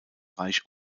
reich